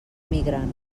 migren